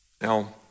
Now